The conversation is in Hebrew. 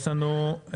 יש לנו,